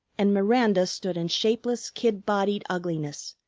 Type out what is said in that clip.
and miranda stood in shapeless, kid-bodied ugliness,